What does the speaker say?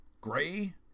gray